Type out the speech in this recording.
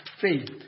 faith